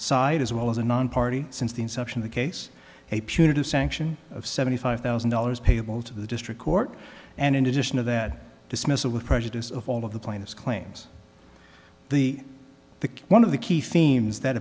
side as well as a nonparty since the inception the case a punitive sanction of seventy five thousand dollars payable to the district court and in addition to that dismissal with prejudice of all of the plaintiffs claims the the one of the key themes that